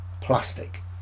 plastic